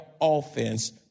offense